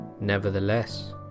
Nevertheless